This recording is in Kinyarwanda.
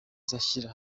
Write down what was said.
nzashyira